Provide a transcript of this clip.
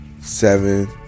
seven